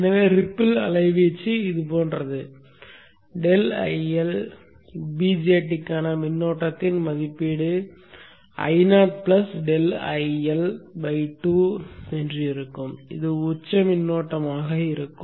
எனவே ரிப்பில் அலைவீச்சு இது போன்றது ∆IL BJTக்கான மின்னோட்டத்தின் மதிப்பீடு Io ∆IL2 ஆக இருக்கும் இது உச்ச மின்னோட்டமாக இருக்கும்